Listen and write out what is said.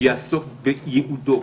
יעסוק בייעודו,